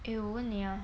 eh 我问你 ah